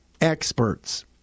experts